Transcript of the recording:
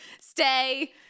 stay